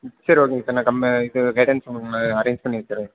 சரி ஓகேங்க சார் நான் கம்மு இது கைடன்ஸ் உங்களுக்கு நான் ஆரேஞ்ச் பண்ணித் தரேன்